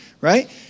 right